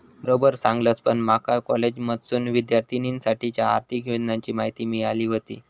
बरोबर सांगलस, पण माका कॉलेजमधसूनच विद्यार्थिनींसाठीच्या आर्थिक योजनांची माहिती मिळाली व्हती